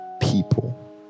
people